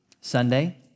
Sunday